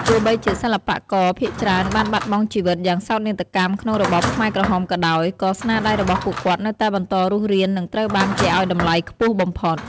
ទោះបីជាសិល្បករភាគច្រើនបានបាត់បង់ជីវិតយ៉ាងសោកនាដកម្មក្នុងរបបខ្មែរក្រហមក៏ដោយ ក៏ស្នាដៃរបស់ពួកគាត់នៅតែបន្តរស់រាន និងត្រូវបានគេឱ្យតម្លៃខ្ពស់បំផុត។